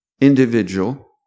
individual